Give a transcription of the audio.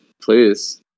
please